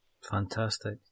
Fantastic